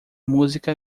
música